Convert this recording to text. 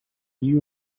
you